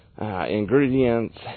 ingredients